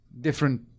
different